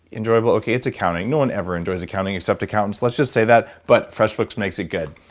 enjoyable. okay. it's accounting. no one ever enjoys accounting except accountants. let's just say that, but freshbooks makes it good.